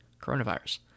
Coronavirus